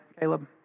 Caleb